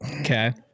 Okay